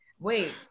Wait